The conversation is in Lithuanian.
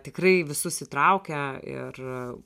tikrai visus įtraukia ir